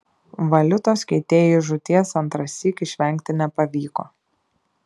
valiutos keitėjui žūties antrąsyk išvengti nepavyko